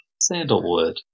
sandalwood